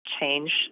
change